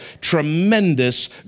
tremendous